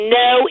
no